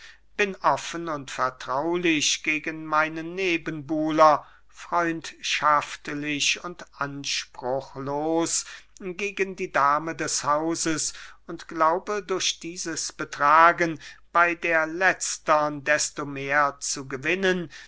bin offen und vertraulich gegen meinen nebenbuhler freundschaftlich und anspruchslos gegen die dame des hauses und glaube durch dieses betragen bey der letztern desto mehr zu gewinnen